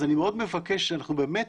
אז אני מאוד מבקש, אנחנו באמת